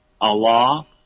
Allah